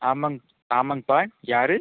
ஆமாங்க ஆமாங்க பா யார்